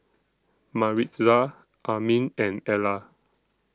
Maritza Armin and Ellar